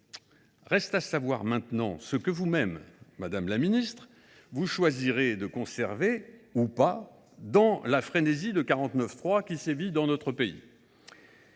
Reste à savoir ce que vous même, madame la ministre, vous choisirez de conserver, ou pas, dans la frénésie de 49.3 qui sévit dans notre pays.